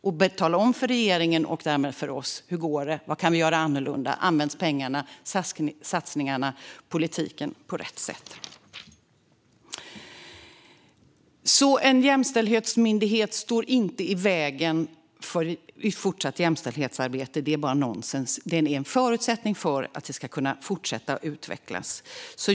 Man ska tala om för regeringen och därmed för oss hur det går, vad vi kan göra annorlunda och om pengarna, satsningarna och politiken används på rätt sätt. En jämställdhetsmyndighet står inte i vägen för fortsatt jämställdhetsarbete. Det är bara nonsens. Den är en förutsättning för att jämställdhetsarbetet ska kunna fortsätta att utvecklas.